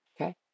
Okay